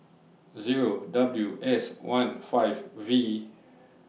Zero W S one five V